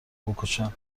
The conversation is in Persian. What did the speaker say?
بکشن